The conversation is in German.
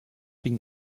bin